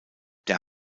der